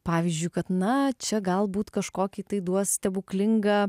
pavyzdžiui kad na čia galbūt kažkokį tai duos stebuklingą